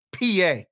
PA